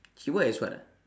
he work as what ah